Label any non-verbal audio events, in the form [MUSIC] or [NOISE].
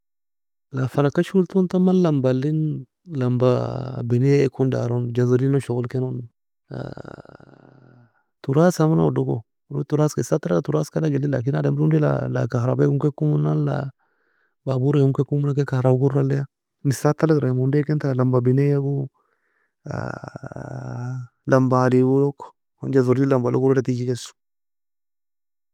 Fala kasho elton لمبة elin لمبة بنية ekon daron جازولين [HESITATION] log shogol keno [HESITATION] تراث meno odo go asad ton تراث ka alag eli لكن ademri ondy لا كهرباء kon ken komona لا بابور ka komo nan onday ta لمبة بنية go [HESITATION] لمبة عادي go man جازولين لمبة log teag jekes